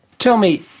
tell me,